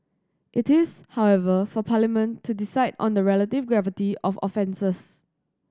it is however for Parliament to decide on the relative gravity of offences